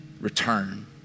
return